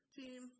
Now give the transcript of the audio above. team